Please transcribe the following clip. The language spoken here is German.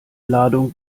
ladung